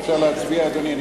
אפשר להצביע, אדוני.